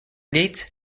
gates